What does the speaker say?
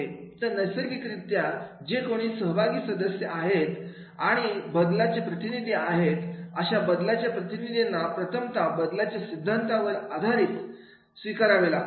तर नैसर्गिक रित्या जे कोणी सहभागी सदस्य आहेत आणि बदलाचे प्रतिनिधी आहेत अशा बदलाच्या प्रतिनिधींना प्रथमतः बदलाच्या सिद्धांतावर आधारित स्वीकारावे लागतात